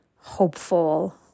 hopeful